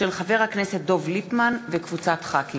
משה גפני, יריב לוין וחמד עמאר,